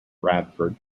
radford